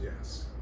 yes